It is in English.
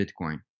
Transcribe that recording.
Bitcoin